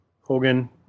Hogan